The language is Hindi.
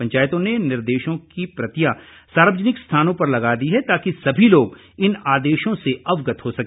पंचायतों ने निर्देशों के प्रतियां सार्वजनिक स्थानों पर लगा दी हैं ताकि सभी लोग इन आदेशों से अवगत हो सके